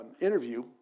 interview